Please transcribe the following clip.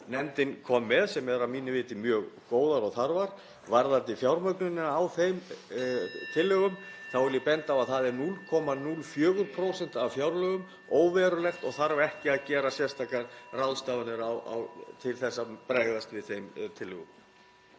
nefndin kom með, sem eru að mínu viti mjög góðar og þarfar. Varðandi fjármögnun á þeim tillögum (Forseti hringir.) þá vil ég benda á að það er 0,04% af fjárlögum, óverulegt og þarf ekki að gera sérstakar ráðstafanir til að bregðast við þeim tillögum.